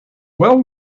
well